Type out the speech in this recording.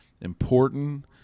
Important